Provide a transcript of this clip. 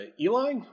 Eli